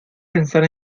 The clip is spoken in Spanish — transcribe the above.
pensar